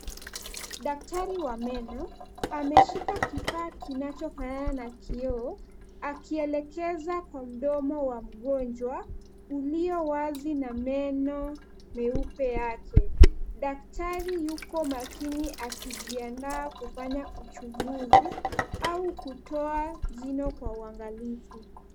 Daktari wa meno ameshika kifaa kinachofanana na kioo akielekeza kwa mdomo wa mngonjwa ilio wazi na meno meupe yake. Daktari yuko makini akijiandaa kufanya uchunguzi au kutoa jino kwa uangalivu.